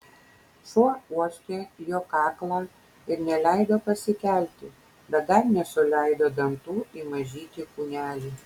šuo uostė jo kaklą ir neleido pasikelti bet dar nesuleido dantų į mažytį kūnelį